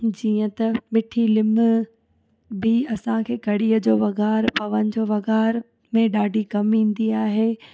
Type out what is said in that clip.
जीअं त मिठी लीमो भी असांखे कड़ीअ जो वगार पवन जो वगार में ॾाढी कमी ईंदी आहे